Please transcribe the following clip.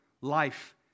life